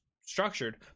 structured